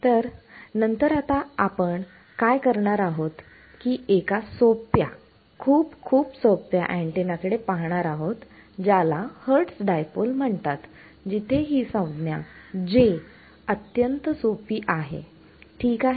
तर नंतर आता आपण काय करणार आहोत की आपण एका सोप्या खूप खूप सोप्या अँटिना कडे पाहणार आहोत ज्याला हर्टस डायपोल म्हणतात जिथे ही संज्ञा J अत्यंत सोपी आहे ठीक आहे